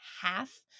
half